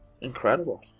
incredible